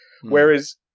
Whereas